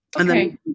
Okay